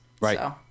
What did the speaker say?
Right